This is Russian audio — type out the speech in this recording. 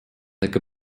так